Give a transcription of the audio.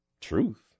Truth